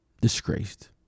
Disgraced